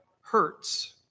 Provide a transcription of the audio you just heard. hurts